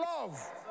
love